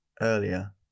earlier